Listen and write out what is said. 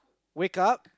wake up